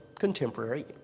Contemporary